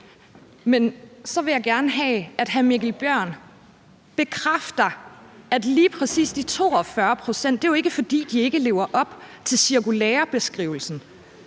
Men så vil jeg gerne have, at hr. Mikkel Bjørn bekræfter, er lige præcis, hvad angår de 42 pct., er det jo ikke, fordi de ikke lever op til cirkulæreskrivelsen;